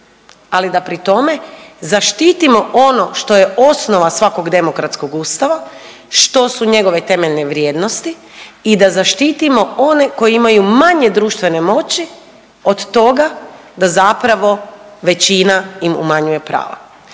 ali da pri tome zaštitimo ono što je osnova svakog demokratskog ustava, što su njegove temeljne vrijednosti i da zaštitimo one koji imaju manje društvene moći od toga da zapravo većina im umanjuje prava.